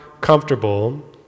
comfortable